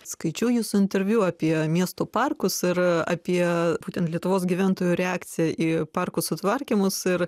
skaičiau jūsų interviu apie miesto parkus ir apie būtent lietuvos gyventojų reakciją į parkų sutvarkymus ir